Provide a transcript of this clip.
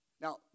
Now